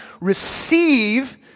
receive